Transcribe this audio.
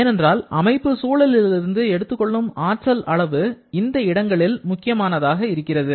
ஏனென்றால் அமைப்பு சூழலிலிருந்து எடுத்துக் கொள்ளும் ஆற்றல் அளவு இந்த இடங்களில் முக்கியமானதாக இருக்கிறது